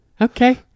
Okay